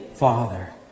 Father